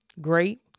great